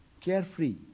carefree